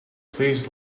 please